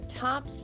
top